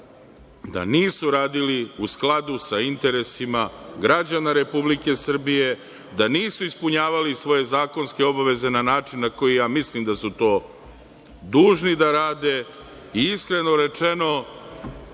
da nisu radili u skladu sa interesima građana Republike Srbije, da nisu ispunjavali svoje zakonske obaveze na način na koji ja mislim da su to dužni da rade. Iskreno rečeno,